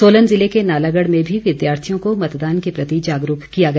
सोलन ज़िले के नालागढ़ में भी विद्यार्थियों को मतदान के प्रति जागरूक किया गया